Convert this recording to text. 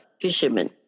fishermen